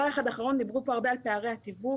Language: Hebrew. דיברו פה הרבה על פערי התיווך.